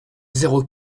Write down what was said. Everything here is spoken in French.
zéro